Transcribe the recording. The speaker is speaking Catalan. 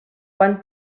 quan